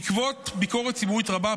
בעקבות ביקורת ציבורית רבה,